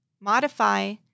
modify